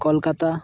Kolkata